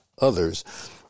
others